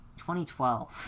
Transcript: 2012